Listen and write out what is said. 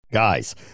Guys